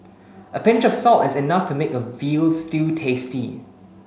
a pinch of salt is enough to make a veal stew tasty